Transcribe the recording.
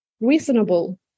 Reasonable